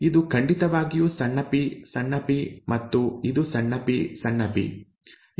ಇದು ಖಂಡಿತವಾಗಿಯೂ ಸಣ್ಣ ಪಿ ಸಣ್ಣ ಪಿ ಮತ್ತು ಇದು ಸಣ್ಣ ಪಿ ಸಣ್ಣ ಪಿ